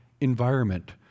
environment